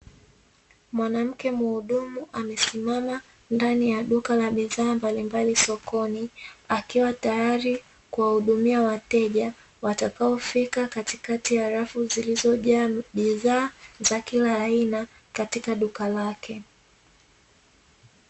Mwanamke muhudumu amesimama ndani ya duka la bidhaa mbalimbali sokoni, akiwa tayari kuwahudumia wateja watakaofika katikati ya rafu zilizojaa bidhaa za kila aina katika duka lake.